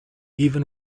even